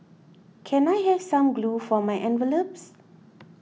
can I have some glue for my envelopes